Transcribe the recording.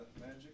Magic